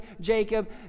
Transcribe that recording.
Jacob